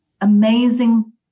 amazing